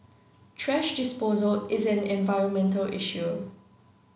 thrash disposal is an environmental issue